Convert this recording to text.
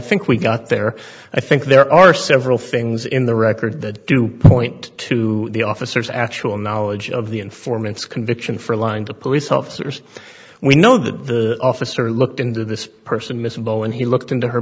think we got there i think there are several things in the record that do point to the officers actual knowledge of the informants conviction for lying to police officers we know that the officer looked into this person mr bowen he looked into her